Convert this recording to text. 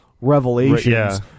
revelations